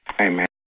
Amen